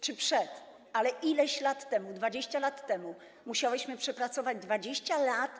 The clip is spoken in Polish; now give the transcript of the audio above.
czy przed, ale ileś lat temu, 20 lat temu - musiałyśmy przepracować 20 lat.